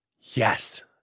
Yes